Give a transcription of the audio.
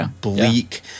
bleak